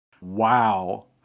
Wow